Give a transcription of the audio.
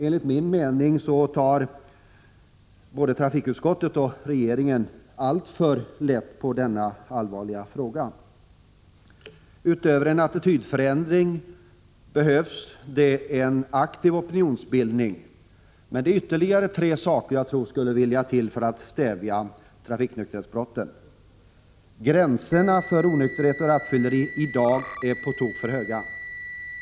Enligt min mening tar både trafikutskottet och regeringen alltför lätt på denna allvarliga fråga. Utöver en attitydförändring behövs det en aktiv opinionsbildning. Men det är ytterligare tre saker som jag tror måste till för att stävja trafiknykterhetsbrotten. e Gränserna för onykterhet och rattfylleri är i dag på tok för höga.